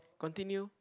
continue